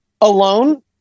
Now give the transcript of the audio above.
alone